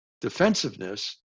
defensiveness